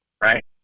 right